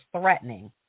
threatening